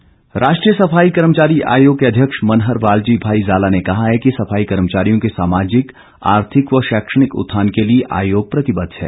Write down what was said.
आयोग राष्ट्रीय सफाई कर्मचारी आयोग के अध्यक्ष मनहर वालजी भाई ज़ाला ने कहा है कि सफाई कर्मचारियों के सामाजिक आर्थिक व शैक्षणिक उत्थान के लिए आयोग प्रतिबद्ध है